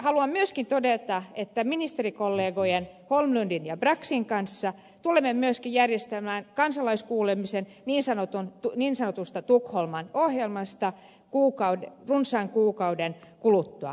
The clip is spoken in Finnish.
haluan myöskin todeta että ministerikollegojen ministeri holmlundin ja ministeri braxin kanssa tulemme myöskin järjestämään kansalaiskuulemisen niin sanotusta tukholman ohjelmasta runsaan kuukauden kuluttua